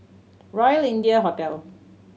Royal India Hotel